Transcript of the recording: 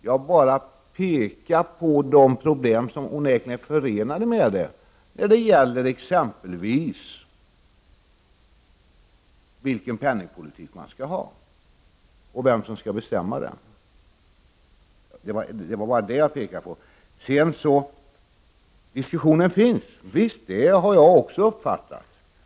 Jag har bara pekat på de problem som onekligen är förknippade med det när det gäller exempelvis vilken penningpolitik man skall föra och vem som skall bestämma den. Och diskussioner finns det visst, det har jag också uppfattat.